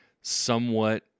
somewhat